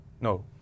no